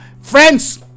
friends